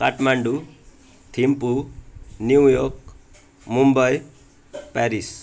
Kathmandu Thimphu New York Mumbai Paris